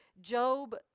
job